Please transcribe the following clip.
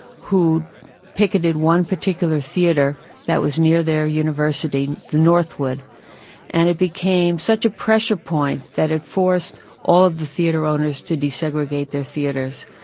who picketed one particular theater that was near their university, the northwood and it became such a pressure point that it forced all of the theater owners to desegregate their theaters.